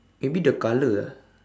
maybe the colour ah